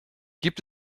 gibt